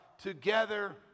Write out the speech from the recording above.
together